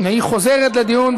התשע"ט 2018,